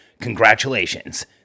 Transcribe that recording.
Congratulations